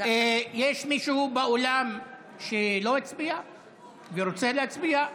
יש מישהו באולם שלא הצביע ורוצה להצביע?